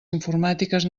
informàtiques